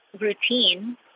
routine